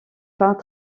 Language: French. fin